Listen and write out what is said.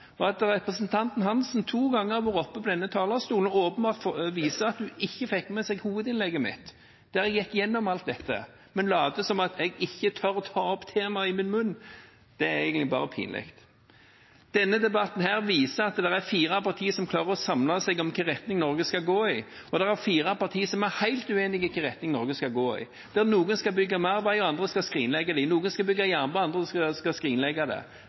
Og at representanten Berg-Hansen to ganger har vært oppe på denne talerstolen og vist at hun åpenbart ikke fikk med seg hovedinnlegget mitt, der jeg gikk igjennom alt dette, men later som om jeg ikke tør å ta opp temaet, er egentlig bare pinlig. Denne debatten viser at det er fire partier som klarer å samle seg om i hvilken retning Norge skal gå, og at det er fire partier som er helt uenige om i hvilken retning Norge skal gå, der noen skal bygge mer vei og andre skal skrinlegge det, der noen skal bygge jernbane og andre skal skrinlegge det.